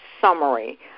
summary